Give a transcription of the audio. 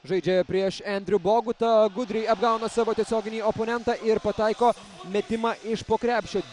žaidžia prieš endriu bogutą gudriai apgauna savo tiesioginį oponentą ir pataiko metimą iš po krepšio